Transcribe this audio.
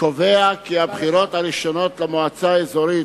קובע כי הבחירות הראשונות למועצה האזורית,